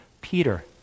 Peter